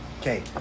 Okay